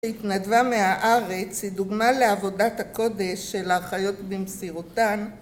התנדבה מהארץ היא דוגמה לעבודת הקודש של האחיות במסירותן